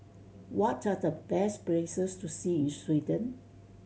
what are the best places to see in Sweden